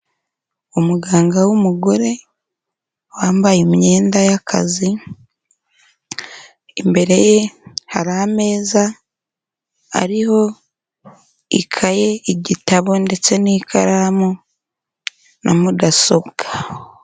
Umuganga w'umugore wambaye imyenda y'akazi, imbere ye hari ameza ariho ikaye, igitabo ndetse n'ikaramu na mudasobwa.